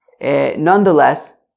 nonetheless